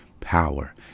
power